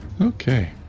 Okay